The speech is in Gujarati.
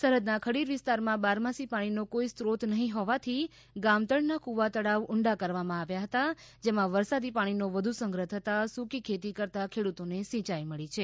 સરહદના ખડીર વિસ્તારમાં બારમાસી પાણીનો કોઈ સ્ત્રોત નહીં હોવાથી ગામતળના કૂવા તળાવ ઊંડા કરવામાં આવ્યા હતા જેમાં વરસાદી પાણીનો વધુ સંગ્રહ થતાં સૂકી ખેતી કરતાં ખેડૂતોને સિંચાઈ મળી છે